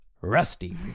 Rusty